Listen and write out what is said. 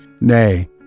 nay—